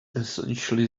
essentially